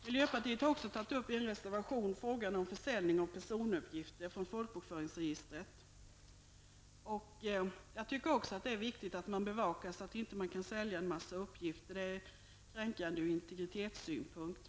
Miljöpartiet har också i en reservation tagit upp frågan om försäljning av personuppgifter från folkbokföringsregistret. Jag tycker också att det är viktigt att man bevakar detta så att man inte kan sälja en mängd uppgifter. Det är kränkande ur integritetssynpunkt.